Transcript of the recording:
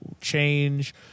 change